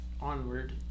onward